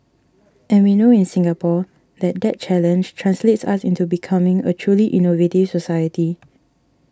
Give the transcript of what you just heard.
and we know in Singapore that that challenge translates into us becoming a truly innovative society